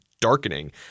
darkening